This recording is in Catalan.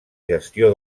gestió